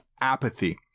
apathy